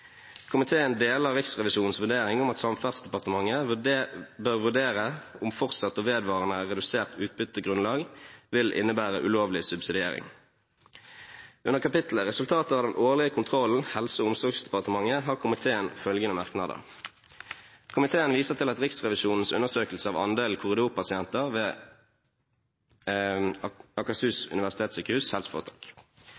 Komiteen deler Riksrevisjonens vurdering om at Samferdselsdepartementet bør vurdere om fortsatt og vedvarende redusert utbyttegrunnlag vil innebære ulovlig subsidiering.» Under kapitlet Resultater av den årlige kontrollen, Helse- og omsorgsdepartementet, har komiteen følgende merknader: «Komiteen viser til Riksrevisjonens undersøkelse av andelen korridorpasienter ved Akershus